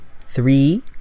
three